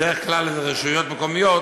בדרך כלל אלה רשויות מקומיות,